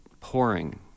pouring